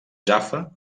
jaffa